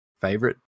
favorite